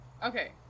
Okay